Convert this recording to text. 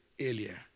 earlier